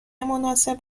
مناسب